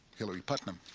hilary putnam.